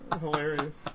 Hilarious